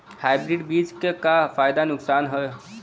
Hybrid बीज क का फायदा नुकसान ह?